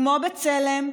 כמו בצלם,